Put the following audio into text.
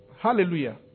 Hallelujah